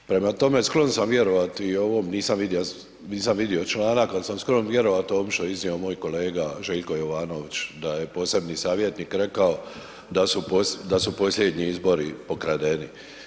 Prema tome, sklon sam vjerovati i ovom, nisam vidio članak ali sam sklon vjerovati ovom što je iznio moj kolega Željko Jovanović da je posebni savjetnik rekao da su posljednji izbori pokradeni.